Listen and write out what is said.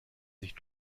sich